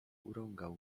urągał